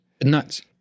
Nuts